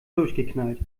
durchgeknallt